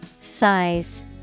Size